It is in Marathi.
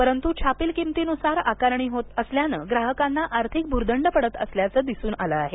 परंतु छापील किमतीनुसार आकारणी होत असल्यानं ग्राहकांना आर्थिक भुर्दंड पडत असल्याचं दिसून आलं आहे